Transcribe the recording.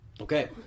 Okay